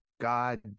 God